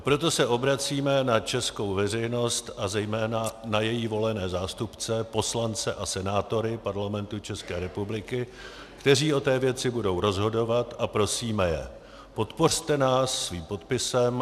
Proto se obracíme na českou veřejnost a zejména na její volené zástupce, poslance a senátory Parlamentu České republiky, kteří o té věci budou rozhodovat, a prosíme je: podpořte nás svým podpisem.